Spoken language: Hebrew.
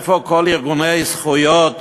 איפה כל ארגוני זכויות